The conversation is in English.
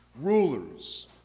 rulers